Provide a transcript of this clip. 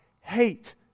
hate